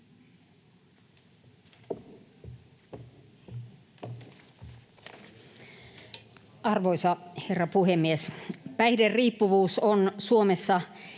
Arvoisa herra puhemies! Päihderiippuvuus on Suomessa